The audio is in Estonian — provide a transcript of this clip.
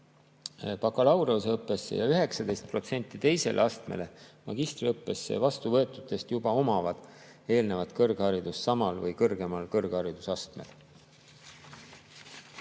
bakalaureuseõppesse, ja 19% teisele astmele, magistriõppesse, vastuvõetutest juba omavad eelnevat kõrgharidust samal või kõrgemal kõrgharidusastmel.